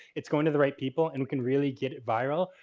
it's going to the right people, and we can really get it viral,